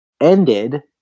ended